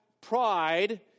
Pride